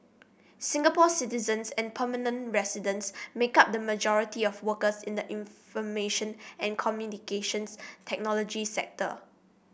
Singapore citizens and permanent residents make up the majority of workers in the information and Communications Technology sector